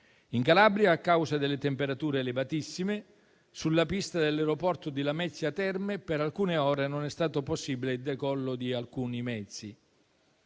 In Calabria, a causa delle temperature elevatissime, sulla pista dell'aeroporto di Lamezia Terme per alcune ore non è stato possibile il decollo di alcuni mezzi.